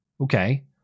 okay